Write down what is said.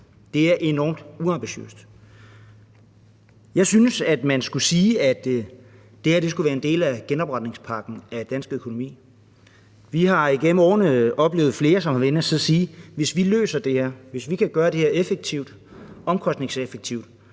Det er enormt uambitiøst. Jeg synes, at man skulle sige, at det her skulle være en del af genopretningspakken af dansk økonomi. Vi har igennem årene oplevet flere, som har været inde at sige, at vi kan løse det her effektivt, at vi kan gøre det omkostningseffektivt,